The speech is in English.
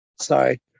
Sorry